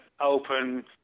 open